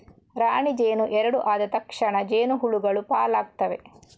ರಾಣಿ ಜೇನು ಎರಡು ಆದ ತಕ್ಷಣ ಜೇನು ಹುಳಗಳು ಪಾಲಾಗ್ತವೆ